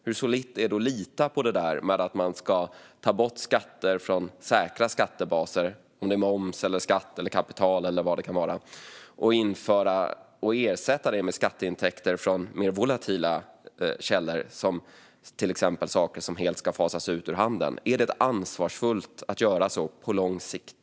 Hur solitt är det att lita på det där med att man ska ta bort skatter från säkra skattebaser - moms, skatt på kapital eller vad det nu kan vara - och ersätta det med skatteintäkter från mer volatila källor, till exempel saker som helt ska fasas ut ur handeln? Är det ansvarsfullt att göra så på lång sikt?